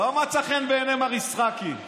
לא מצא חן בעיני מר יצחקי.